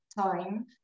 time